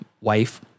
wife